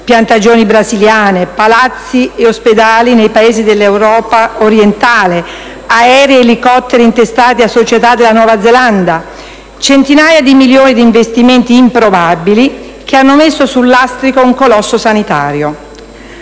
piantagioni brasiliane, palazzi e ospedali nei Paesi dell'Europa orientale, aerei ed elicotteri intestati a società della Nuova Zelanda. Centinaia di milioni di investimenti improbabili che hanno messo sul lastrico un colosso sanitario.